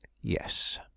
yes